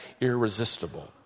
irresistible